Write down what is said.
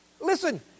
Listen